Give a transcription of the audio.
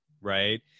Right